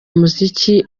umuziki